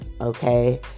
Okay